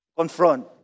confront